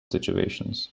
situations